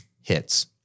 hits